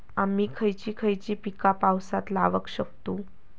आम्ही खयची खयची पीका पावसात लावक शकतु?